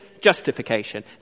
justification